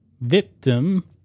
victim